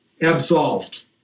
absolved